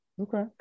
Okay